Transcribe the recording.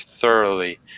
thoroughly